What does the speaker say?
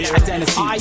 identity